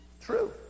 true